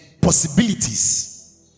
possibilities